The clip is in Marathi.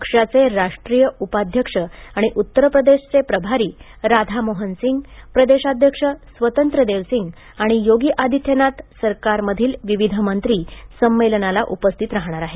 पक्षाचे राष्ट्रीय उपाध्यक्ष आणि उत्तर प्रदेशचे प्रभारी राधा मोहन सिंग प्रदेशाध्यक्ष स्वतंत्र देव सिंग आणि योगी आदित्यनाथ सरकारमधील विविध मंत्री संमेलनाला उपस्थित राहणार आहेत